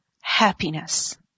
happiness